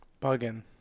Bugging